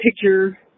picture